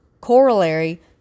Corollary